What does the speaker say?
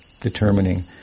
determining